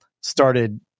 started